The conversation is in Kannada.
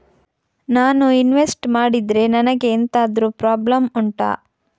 ನಾನು ಇನ್ವೆಸ್ಟ್ ಮಾಡಿದ್ರೆ ನನಗೆ ಎಂತಾದ್ರು ಪ್ರಾಬ್ಲಮ್ ಉಂಟಾ